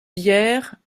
bières